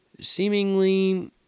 seemingly